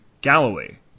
Galloway